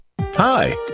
Hi